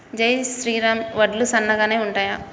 జై శ్రీరామ్ వడ్లు సన్నగనె ఉంటయా?